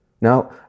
Now